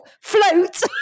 float